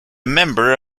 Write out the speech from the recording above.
member